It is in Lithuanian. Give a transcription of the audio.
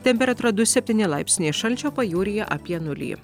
temperatūra du septyni laipsniai šalčio pajūryje apie nulį